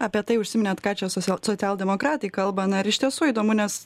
apie tai užsiminėt ką čia social socialdemokratai kalba na ir iš tiesų įdomu nes